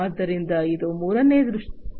ಆದ್ದರಿಂದ ಇದು ಮೂರನೇ ವೈಶಿಷ್ಟ್ಯವಾಗಿದೆ